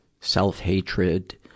self-hatred